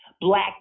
Black